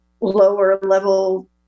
lower-level